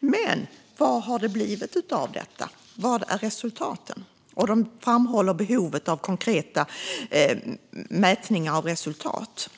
men de undrar vad det har blivit av detta. Vad är resultaten? De framhåller behovet av konkreta mätningar av resultat.